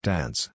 Dance